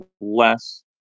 less